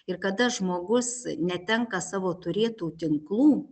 ir kada žmogus netenka savo turėtų tinklų